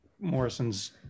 Morrison's